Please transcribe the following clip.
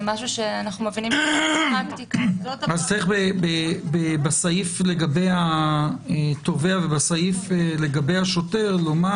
אז צריך בסעיף לגבי התובע ולגבי השוטר לומר